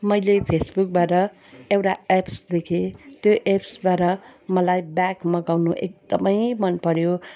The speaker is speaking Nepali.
मैले फेसबुकबाट एउटा एप्स देखेँ त्यो एप्सबाट मलाई ब्याग मगाउनु एकदमै मनपर्यो